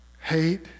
Hate